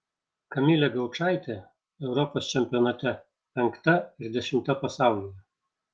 kamilė gaučaitė europos čempionate penkta ir dešimta pasaulyje